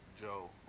Joe